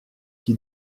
qui